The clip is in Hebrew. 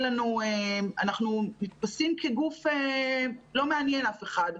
אנחנו נתפסים כגוף שלא מעניין אף אחד.